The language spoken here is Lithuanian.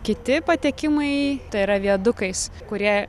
kiti patekimai tai yra viadukais kurie